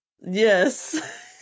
yes